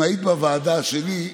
אם היית בוועדה שלי,